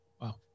wow